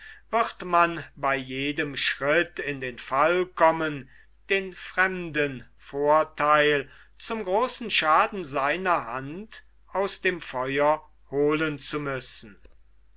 wird man bei jedem schritt in den fall kommen den fremden vortheil zum großen schaden seiner hand aus dem feuer holen zu müssen